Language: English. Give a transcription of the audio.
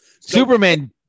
Superman